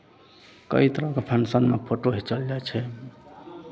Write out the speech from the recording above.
कई तरहके फंक्सनमे फोटो घीचल जाइ छै